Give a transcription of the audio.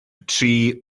tri